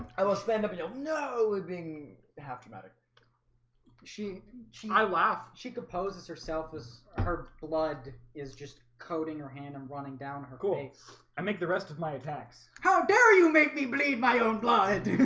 i will spend up no no living half traumatic she she my laughs she composes herself as her blood is just coating her hand and running down on her goal i make the rest of my attacks. how dare you make me bleed my own blood?